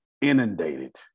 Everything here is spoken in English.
inundated